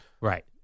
Right